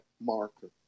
marker